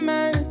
Man